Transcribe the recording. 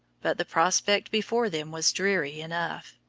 but the prospect before them was dreary enough.